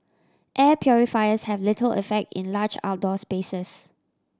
air purifiers have little effect in large outdoor spaces